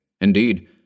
Indeed